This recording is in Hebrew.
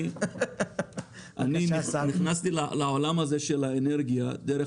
אני נכנסתי לעולם הזה של האנרגיה דרך